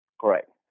correct